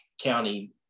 county